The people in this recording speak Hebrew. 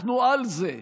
אנחנו על זה".